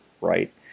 right